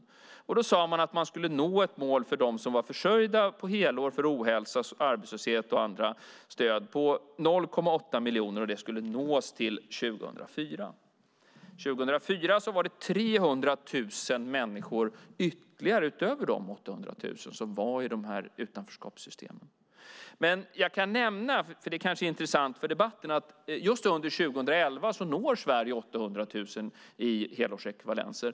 Då sade man att man skulle nå ett mål på 0,8 miljoner när det gällde dem som var försörjda på helår för ohälsa och arbetslöshet - och det var andra stöd. Målet skulle nås till 2004. År 2004 var det 300 000 människor ytterligare, utöver de 800 000, som var i de här utanförskapssystemen. Men jag kan nämna - det är kanske intressant i debatten - att just under 2011 når Sverige 800 000 i helårsekvivalenser.